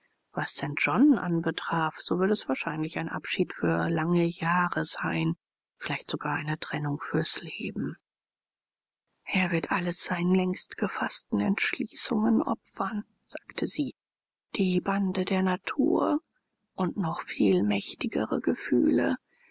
was st john anbetraf so würde es wahrscheinlich ein abschied für lange jahre sein vielleicht sogar eine trennung fürs leben er wird alles seinen längst gefaßten entschließungen opfern sagte sie die bande der natur und noch viel mächtigere gefühle